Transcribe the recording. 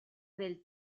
del